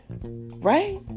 right